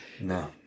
no